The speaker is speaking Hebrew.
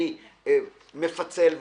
אני מפצל,